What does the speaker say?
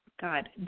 God